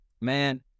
Man